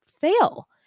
fail